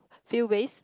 few base